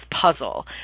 puzzle